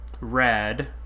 red